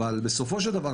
אבל בסופו של דבר,